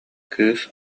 кыыс